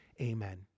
amen